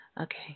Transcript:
Okay